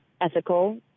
ethical